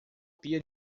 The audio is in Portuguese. pia